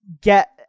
get